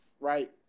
right